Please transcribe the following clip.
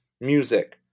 music